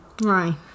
Right